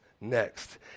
Next